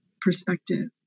perspective